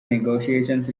negotiations